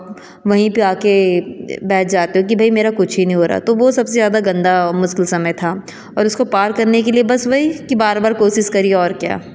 वहीं पर आकर बैठ जाते हो कि भई मेरा कुछ ही नहीं हो रहा तो वह सबसे ज़्यादा गंदा मुश्किल समय था और उसको पार करने के लिए बस वही की बार बार कोशिश करिये और क्या